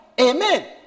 amen